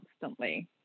constantly